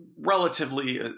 relatively